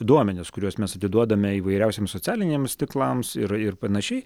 duomenis kuriuos mes atiduodame įvairiausiems socialiniams tinklams ir ir panašiai